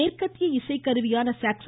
மேற்கத்திய இசைக்கருவியான சாக்ச